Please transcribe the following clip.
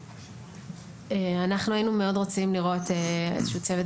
אנחנו היינו מאוד רוצים לראות איזשהו צוות